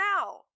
now